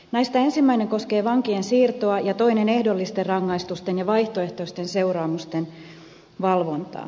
näistä ensimmäinen koskee vankien siirtoa ja toinen ehdollisten rangaistusten ja vaihtoehtoisten seuraamusten valvontaa